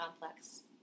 complex